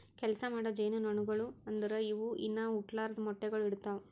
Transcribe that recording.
ಕೆಲಸ ಮಾಡೋ ಜೇನುನೊಣಗೊಳು ಅಂದುರ್ ಇವು ಇನಾ ಹುಟ್ಲಾರ್ದು ಮೊಟ್ಟೆಗೊಳ್ ಇಡ್ತಾವ್